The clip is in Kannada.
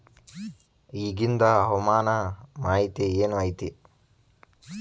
ಇಗಿಂದ್ ಹವಾಮಾನ ಮಾಹಿತಿ ಏನು ಐತಿ?